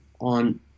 on